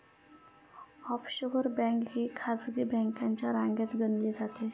offshore bank ही खासगी बँकांच्या रांगेत गणली जाते